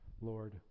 Lord